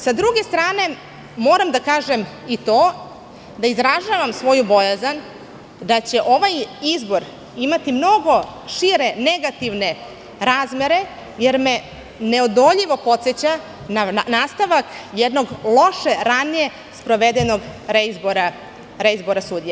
S druge strane moram da kažem i to da izražavam svoju bojazan da će ovaj izbor imatimnogo šire negativne razmere jer me neodoljivo podseća na nastavak jednog lošije ranije sprovedenog reizbora sudija.